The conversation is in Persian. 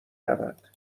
رود